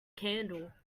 candle